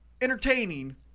entertaining